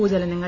ഭൂചലനങ്ങൾ